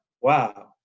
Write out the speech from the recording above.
wow